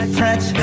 touch